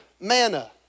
manna